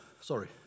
Sorry